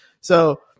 So-